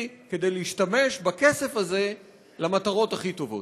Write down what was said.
כדי להשתמש בכסף הזה למטרות הכי טובות?